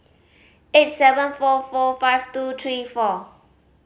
eight seven four four five two three four